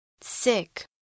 sick